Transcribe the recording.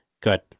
good